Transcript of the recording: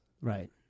Right